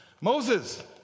Moses